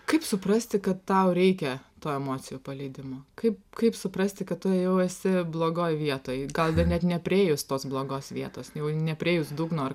kaip suprasti kad tau reikia to emocijų paleidimo kaip kaip suprasti kad tu jau esi blogoj vietoj gal dar net nepriėjus tos blogos vietos jau nepriėjus dugno ar